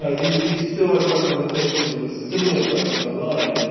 ah these these feel like representations of similar pressures online,